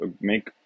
make